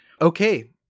okay